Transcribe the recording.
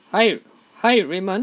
hi hi raymond